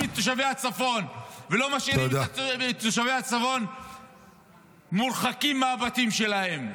את תושבי הצפון ולא משאירים את תושבי הצפון מורחקים מהבתים שלהם,